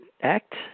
act